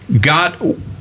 God